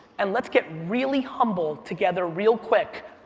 and let's get really humble together real quick,